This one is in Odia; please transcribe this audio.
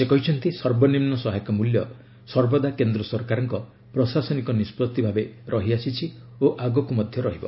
ସେ କହିଛନ୍ତି ସର୍ବନିମ୍ନ ସହାୟକ ମୂଲ୍ୟ ସର୍ବଦା କେନ୍ଦ୍ର ସରକାରଙ୍କ ପ୍ରଶାସନିକ ନିଷ୍ପଭି ଭାବେ ରହିଛି ଓ ଆଗକୁ ମଧ୍ୟ ରହିବ